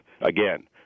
again